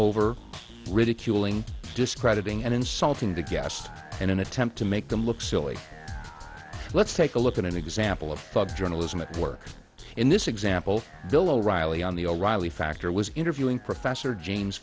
over ridiculing discrediting and insulting the gast in an attempt to make them look silly let's take a look at an example of journalism at work in this example bill o'reilly on the o'reilly factor was interviewing professor james